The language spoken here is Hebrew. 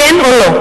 כן או לא.